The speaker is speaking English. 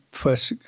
first